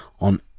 on